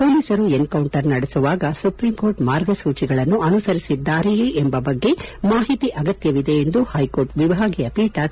ಮೊಲೀಸರು ಎನ್ಕೌಂಟರ್ ನಡೆಸುವಾಗ ಸುಪ್ರೀಂಕೋರ್ಟ್ ಮಾರ್ಗಸೂಚಿಗಳನ್ನು ಅನುಸರಿಸಿದ್ದಾರೆಯೇ ಎಂಬ ಬಗ್ಗೆ ಮಾಹಿತಿ ಅಗತ್ಯವಿದೆ ಎಂದು ಹೈಕೋರ್ಟ್ ವಿಭಾಗೀಯ ಪೀಠ ತಿಳಿಸಿದೆ